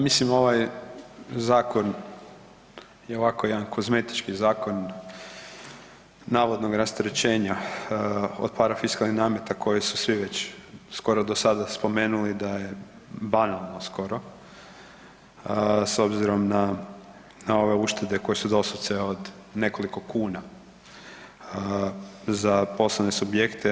Mislim ovaj zakon je ovako jedan kozmetički zakon navodnog rasterećenja od parafiskalnih nameta koje su svi do sada skoro spomenuli da je banalan skoro s obzirom na ove uštede koje su sada od nekoliko kuna za poslovne subjekte.